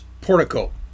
portico